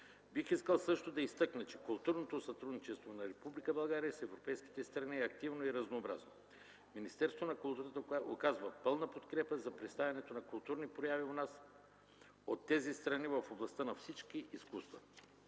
Бих искал също да изтъкна, че културното сътрудничество на Република България с европейските страни е активно и разнообразно. Министерството на културата оказва пълна подкрепа за представянето на културни прояви у нас от тези страни в областта на всички изкуства.